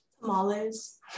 Tamales